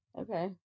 Okay